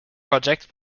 project